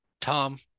Tom